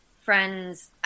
friends